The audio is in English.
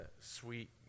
sweet